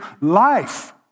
life